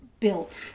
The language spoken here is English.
built